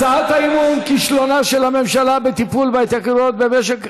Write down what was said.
הצעת אי-אמון בנושא: כישלונה של הממשלה בטיפול בהתייקרויות במשק,